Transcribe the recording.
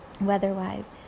weather-wise